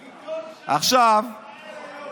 לא, על העובדות נדבר.